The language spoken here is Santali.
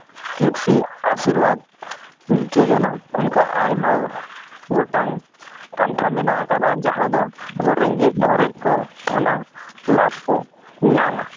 ᱠᱤᱨᱥᱤ ᱟᱥᱤᱨᱵᱟᱫᱽ ᱡᱳᱡᱳᱱᱟ ᱚᱱᱠᱟ ᱟᱭᱢᱟ ᱜᱚᱴᱟᱦ ᱯᱟᱱᱛᱷᱟ ᱢᱮᱱᱟᱜ ᱟᱠᱟᱫᱼᱟ ᱡᱟᱦᱟᱸ ᱫᱚ ᱨᱮᱸᱜᱮᱡᱼᱚᱨᱮᱡ ᱠᱚ ᱚᱱᱟ ᱞᱟᱵᱽ ᱠᱚ ᱧᱟᱢᱟ